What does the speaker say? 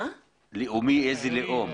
איזה לאום?